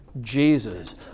Jesus